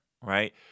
right